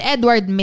Edward